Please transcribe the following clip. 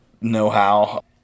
know-how